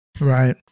Right